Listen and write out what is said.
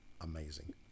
amazing